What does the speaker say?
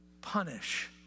punish